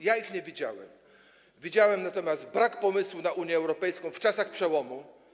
Ja ich nie widziałem, widziałem natomiast brak pomysłu na Unię Europejską w czasach przełomu.